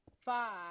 five